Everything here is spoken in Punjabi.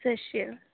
ਸਤਿ ਸ਼੍ਰੀ ਅਕਾਲ